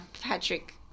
Patrick